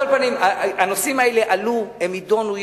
הנושאים האלה עלו, הם יידונו.